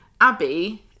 Abby